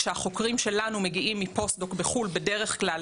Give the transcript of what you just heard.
כשהחוקרים שלנו מגיעים מפוסט דוקטורט בחו"ל בדרך כלל